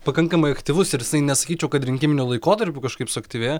pakankamai aktyvus ir jisai nesakyčiau kad rinkiminiu laikotarpiu kažkaip suaktyvėjo